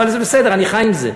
אבל זה בסדר, אני חי עם זה.